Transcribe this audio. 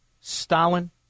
Stalin